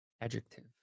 adjective